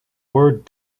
word